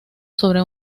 sobre